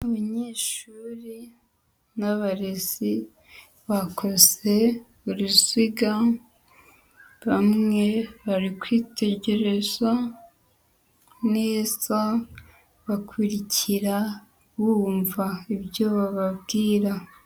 Abanyeshuri n'abarezi bakoze uburiziga, bamwe bari kwitegereza neza bakurikira, bumva ibyo bababwira.